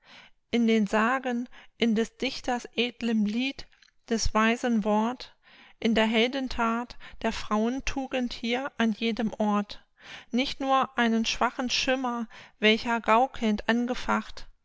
in den sagen in des dichters edlem lied des weisen wort in der helden that der frauen tugend hier an jedem ort nicht nur einen schwachen schimmer welcher gaukelnd angefacht